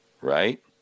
Right